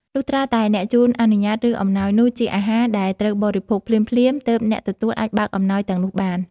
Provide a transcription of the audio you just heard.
លុះត្រាតែអ្នកជូនអនុញ្ញាត ឬអំណោយនោះជាអាហារដែលត្រូវបរិភោគភ្លាមៗ ទើបអ្នកទទួលអាចបើកអំណោយទាំងនោះបាន។